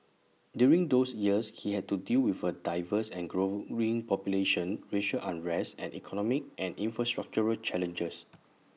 during those years he had to deal with A diverse and growing population racial unrest and economic and infrastructural challenges